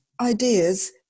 ideas